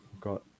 got